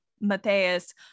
matthias